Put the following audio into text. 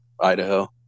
Idaho